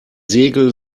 segel